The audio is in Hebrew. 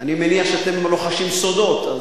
אני מניח שאתם רוחשים סודות.